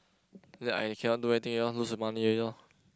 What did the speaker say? that I cannot do anything I want lose money already lor